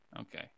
Okay